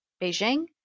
Beijing